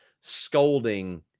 scolding